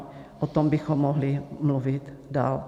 O tom bychom mohli mluvit dál.